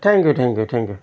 thank you thank you thank you